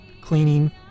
cleaning